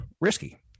risky